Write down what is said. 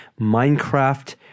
Minecraft